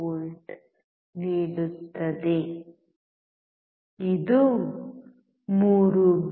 5V ನೀಡುತ್ತದೆ ಇದು 3